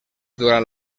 durant